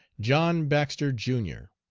john baxter, jr,